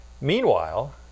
Meanwhile